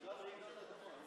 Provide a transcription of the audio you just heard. כולם רוצים להיות כאן, ובצדק.